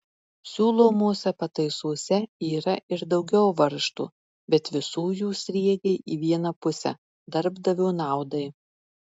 siūlomose pataisose yra ir daugiau varžtų bet visų jų sriegiai į vieną pusę darbdavio naudai